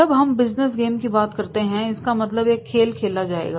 जब हम business game की बात करते हैं इसका मतलब एक खेल खेला जाएगा